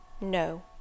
No